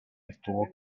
estuvo